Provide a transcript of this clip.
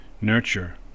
nurture